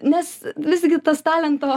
nes visgi tas talento